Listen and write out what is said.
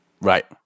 Right